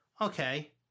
Okay